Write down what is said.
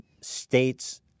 states